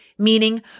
meaning